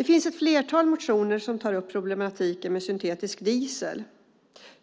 I ett flertal motioner tar man upp problematiken med syntetisk diesel.